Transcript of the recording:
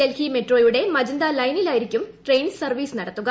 ഡൽഹി മെട്രോയുടെ മജന്ത ലൈനിലായിരിക്കും train service നടത്തുക